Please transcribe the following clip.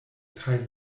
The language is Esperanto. kaj